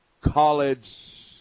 college –